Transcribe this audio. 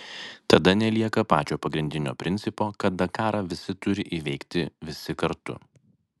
tada nelieka pačio pagrindinio principo kad dakarą visi turi įveikti visi kartu